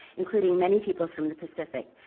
including many peoples from the pacific.